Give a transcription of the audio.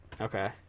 Okay